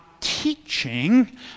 teaching